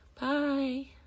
Bye